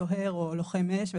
סוהר או לוחם אש,